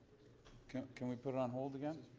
can can we put it on hold again?